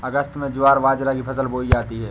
अगस्त में ज्वार बाजरा की फसल बोई जाती हैं